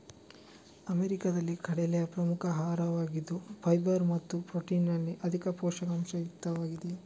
ಅಮೆರಿಕಾದಲ್ಲಿ ಕಡಲೆಯು ಪ್ರಮುಖ ಆಹಾರವಾಗಿದ್ದು ಫೈಬರ್ ಮತ್ತು ಪ್ರೊಟೀನಿನಲ್ಲಿ ಅಧಿಕ ಹಾಗೂ ಪೋಷಕಾಂಶ ಯುಕ್ತವಾಗಿದೆ